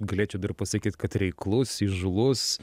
galėčiau dar pasakyt kad reiklus įžūlus